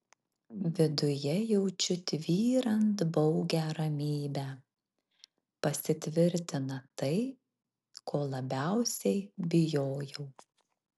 viduje jaučiu tvyrant baugią ramybę pasitvirtina tai ko labiausiai bijojau